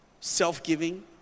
self-giving